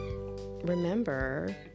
remember